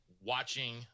watching